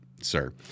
sir